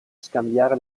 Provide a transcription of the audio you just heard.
scambiare